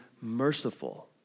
merciful